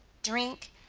drink,